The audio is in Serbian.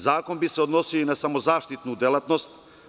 Zakon bi se odnosio i na samo zaštitnu delatnost.